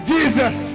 Jesus